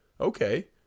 okay